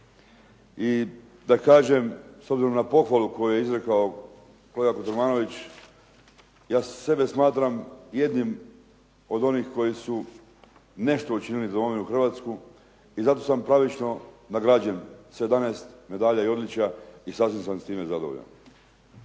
I da kažem s obzirom na pohvalu koju je izrekao kolega Kotromanović. Ja sebe smatram jednim koji su nešto učinili za domovinu Hrvatsku i zato sam pravično nagrađen sa 11 medalja i odličja i sasvim sam s time zadovoljan.